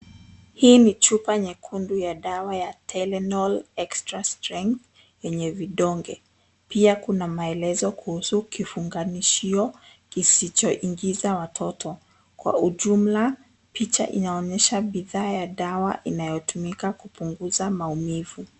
Hii ni chupa nyekundu ya dawa ya Tylenol Extra Strength yenye vidonge. Pia kuna maelezo kuhusu kifungashio kisichoingiza watoto. Kwa ujumla picha inaonyesha bidhaa ya dawa inayotumika kupunguza maumivu.